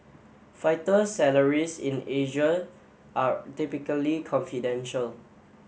fighter salaries in Asia are typically confidential